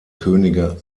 könige